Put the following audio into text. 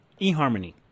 eHarmony